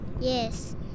Yes